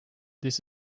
this